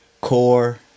core